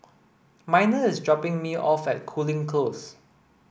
Miner is dropping me off at Cooling Close